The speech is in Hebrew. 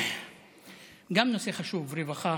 גם נושא חשוב, רווחה.